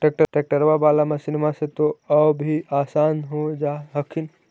ट्रैक्टरबा बाला मसिन्मा से तो औ भी आसन हो जा हखिन?